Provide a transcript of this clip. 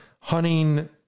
hunting